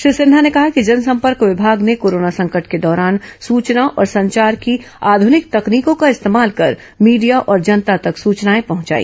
श्री सिन्हा ने कहा कि जनसंपर्क विभाग ने कोरोना संकट के दौरान सूचना और संचार की आधुनिक तकनीकों का इस्तेमाल कर मीडिया और जनता तक सूचनाए पहुचाई